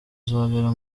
uzabera